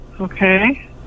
Okay